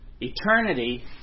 Eternity